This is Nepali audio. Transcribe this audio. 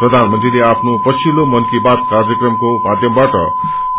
प्रधानमंत्रीले आफ्नो पछिल्लो मनकी बात कार्यक्रमको माध्यमबाट